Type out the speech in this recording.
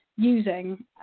using